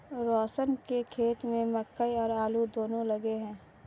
रोशन के खेत में मकई और आलू दोनो लगे हैं